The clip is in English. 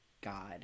god